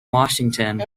washington